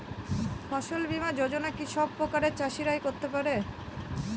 ফসল বীমা যোজনা কি সব প্রকারের চাষীরাই করতে পরে?